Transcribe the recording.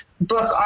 book